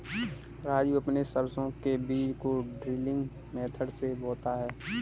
राजू अपने सरसों के बीज को ड्रिलिंग मेथड से बोता है